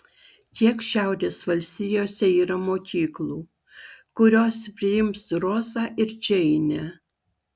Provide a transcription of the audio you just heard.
kiek šiaurės valstijose yra mokyklų kurios priims rozą ir džeinę